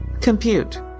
compute